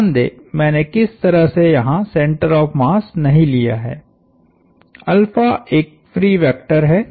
ध्यान दें मैंने किस तरह से यहां सेंटर ऑफ़ मास नहीं लिया है एक फ्री वेक्टर है